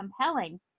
compelling